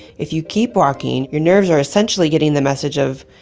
if you keep walking, your nerves are essentially getting the message of,